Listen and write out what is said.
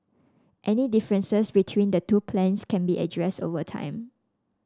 any differences between the two plans can be addressed over time